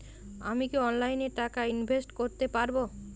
আমি কি অনলাইনে টাকা ইনভেস্ট করতে পারবো?